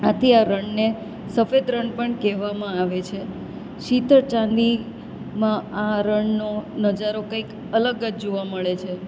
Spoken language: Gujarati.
આથી આ રણને સફેદ રણ પણ કહેવામાં આવે છે શીતળ ચાંદીમાં આ રણનો નજારો કંઈક અલગ જ જોવા મળે છે